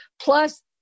plus